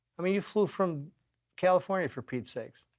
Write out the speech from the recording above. i mean, you flew from california, for pete sakes.